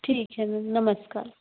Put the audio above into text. ठीक है मेम नमस्कार